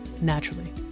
naturally